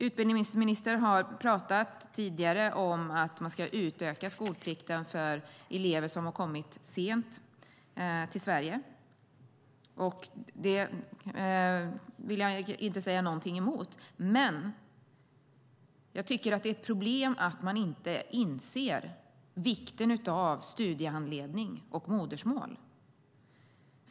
Utbildningsministern har tidigare talat om att man ska utöka skolplikten för elever som kommit sent till Sverige. Det vill jag inte säga emot, men jag tycker att det är ett problem att man inte inser vikten av studiehandledning på modersmål.